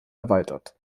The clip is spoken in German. erweitert